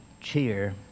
cheer